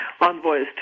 envoys